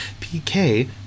pk